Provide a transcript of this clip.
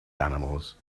animals